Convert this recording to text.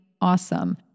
awesome